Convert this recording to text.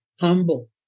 humble